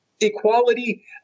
equality